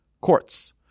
courts